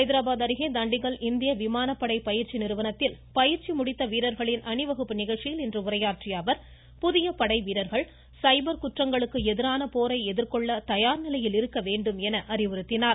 ஹைதராபாத் அருகே தண்டிகல் இந்திய விமானப்படை பயிற்சி நிறுவனத்தில் பயிற்சி முடித்த வீரர்களின் அணிவகுப்பு நிகழ்ச்சியில் இன்று உரையாற்றிய அவர் புதிய படைவீரர்கள் சைபர் குற்றங்களுக்கு எதிரான போரை எதிர்கொள்ள தயார் நிலையில் இருக்க அறிவுறுத்தினார்